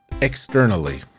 externally